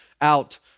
out